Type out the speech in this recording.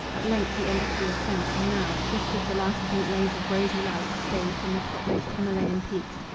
at length the embassy is sent, and now, just as the last faint rays of rosy light fade from the topmost himalayan peaks,